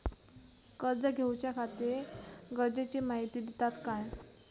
कर्ज घेऊच्याखाती गरजेची माहिती दितात काय?